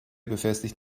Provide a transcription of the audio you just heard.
befestigt